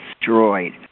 destroyed